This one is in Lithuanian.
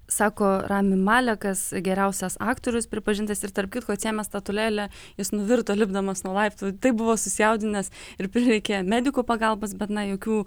sako rami malekas geriausias aktorius pripažintas ir tarp kitko atsiėmęs statulėlę jis nuvirto lipdamas nuo laiptų taip buvo susijaudinęs ir prireikė medikų pagalbos bet na jokių